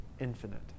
infinite